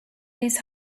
these